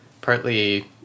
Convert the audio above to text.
partly